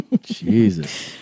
Jesus